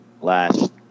last